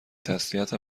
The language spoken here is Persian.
تسلیت